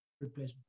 replacement